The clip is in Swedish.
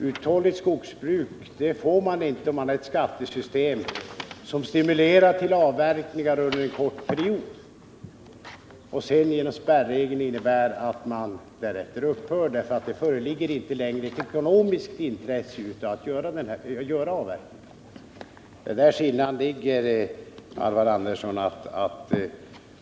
Ett sådant skogsbruk får man inte om man har ett skattesystem, som stimulerar till avverkningar under en kort period och där spärregeln sedan innebär att man upphör med avverkningarna när det inte längre föreligger något ekonomiskt intresse av att göra avverkningar. Där ligger skillnaden, Alvar Andersson.